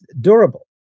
durable